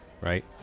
right